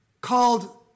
called